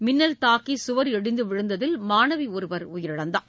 மின்னல் தாக்கி சுவர் இடிந்து விழுந்ததில் மாணவி ஒருவர் உயிரிழந்தார்